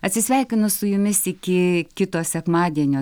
atsisveikinu su jumis iki kito sekmadienio